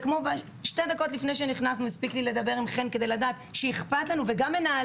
ולפני שנכנסתי הספקתי לדבר עם חן כדי להבין שיש מורים שאכפת להם.